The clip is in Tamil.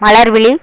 மலர்விழி